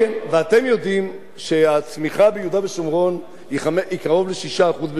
ואתם יודעים שהצמיחה ביהודה ושומרון היא קרוב ל-6% בשנה.